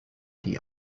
die